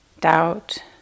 doubt